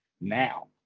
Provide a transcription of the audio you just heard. now